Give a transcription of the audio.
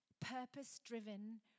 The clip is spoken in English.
purpose-driven